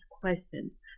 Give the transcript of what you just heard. questions